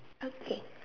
okay